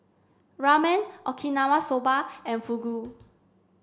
Ramen Okinawa Soba and Fugu